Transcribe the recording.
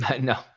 No